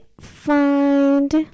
find